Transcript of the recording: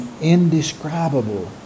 indescribable